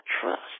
trust